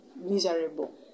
miserable